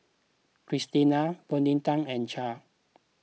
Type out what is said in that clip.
Kristina Vonetta and Cher